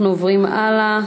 אנחנו עוברים הלאה.